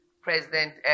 President